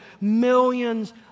millions